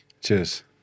Cheers